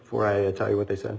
for i tell you what they said